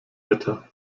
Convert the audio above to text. wetter